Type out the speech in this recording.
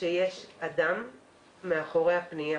שיש אדם מאחורי הפנייה